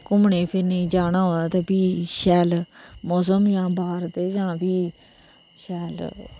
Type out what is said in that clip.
घूमने फिरने गी जाना होऐ ते फ्ही शैल मौसम जां फ्ही शैल मौसम